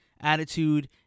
Attitude